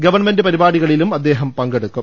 government പരിപാടികളിലും അദ്ദേഹം പങ്കെടുക്കും